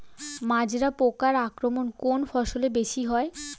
মাজরা পোকার আক্রমণ কোন ফসলে বেশি হয়?